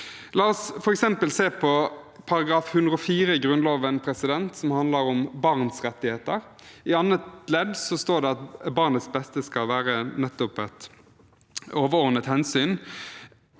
f.eks. se på § 104 i Grunnloven, som handler om barns rettigheter. I annet ledd står det at barnets beste skal være nettopp et overordnet hensyn,